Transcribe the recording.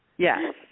Yes